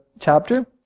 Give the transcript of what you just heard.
chapter